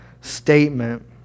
statement